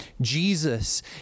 Jesus